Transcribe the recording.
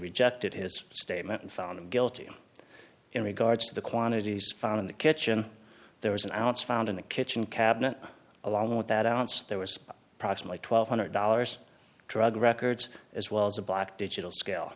rejected his statement and found him guilty in regards to the quantities found in the kitchen there was an ounce found in the kitchen cabinet along with that ounce there was approximately twelve hundred dollars drug records as well as a black digital scale